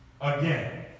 Again